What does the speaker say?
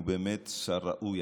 הוא באמת שר ראוי,